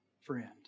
friend